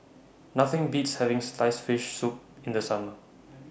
Nothing Beats having Sliced Fish Soup in The Summer